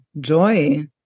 joy